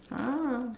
ah